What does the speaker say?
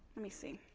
let me see,